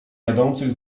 jadących